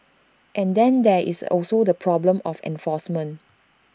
and then there is also the problem of enforcement